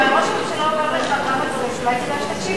אבל ראש הממשלה אומר לך כמה דברים שאולי כדאי שתקשיב.